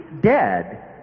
dead